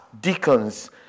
deacons